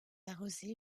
arrosé